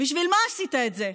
בשביל מה עשית את זה,